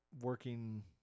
working